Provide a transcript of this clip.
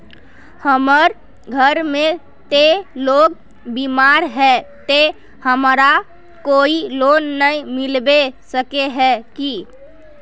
हमर घर में ते लोग बीमार है ते हमरा कोई लोन नय मिलबे सके है की?